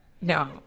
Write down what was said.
No